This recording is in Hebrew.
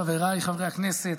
חבריי חברי הכנסת,